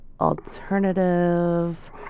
alternative